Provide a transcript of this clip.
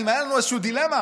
אם הייתה לנו איזושהי דילמה,